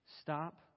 Stop